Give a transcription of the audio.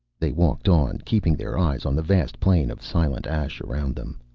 they walked on, keeping their eyes on the vast plain of silent ash around them.